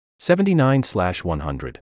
79-100